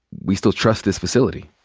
we still trust this facility?